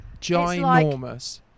ginormous